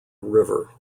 river